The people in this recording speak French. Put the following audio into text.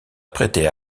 prêté